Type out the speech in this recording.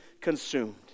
consumed